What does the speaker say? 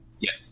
Yes